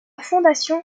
fondation